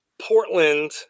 Portland